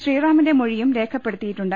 ശ്രീറാമിന്റെ മൊഴിയും രേഖപ്പെടുത്തിയിട്ടുണ്ട്